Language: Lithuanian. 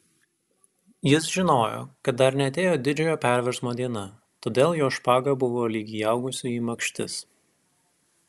jis žinojo kad dar neatėjo didžiojo perversmo diena todėl jo špaga buvo lyg įaugusi į makštis